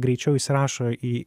greičiau įsirašo į